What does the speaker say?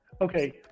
okay